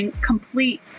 complete